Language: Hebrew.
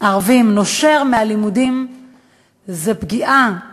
ערביים נושר מהלימודים זו פגיעה בתלמיד,